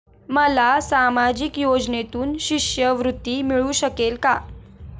मला सामाजिक योजनेतून शिष्यवृत्ती मिळू शकेल का?